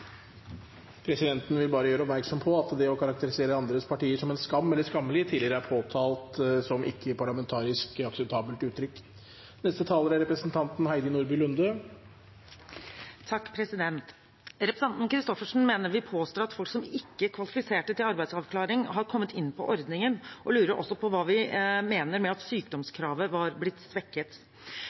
Presidenten vil bare gjøre oppmerksom på at det å karakterisere andre partiers politikk som «en skam» eller «skammelig», tidligere er påtalt som ikke parlamentarisk akseptable uttrykk. Representanten Christoffersen mener vi påstår at folk som ikke kvalifiserte til arbeidsavklaring, har kommet inn på ordningen, og hun lurer også på hva vi mener med at sykdomskravet var blitt svekket.